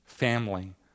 family